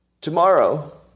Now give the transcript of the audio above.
Tomorrow